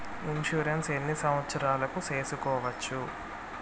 Insurance ఎన్ని సంవత్సరాలకు సేసుకోవచ్చు?